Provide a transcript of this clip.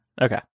Okay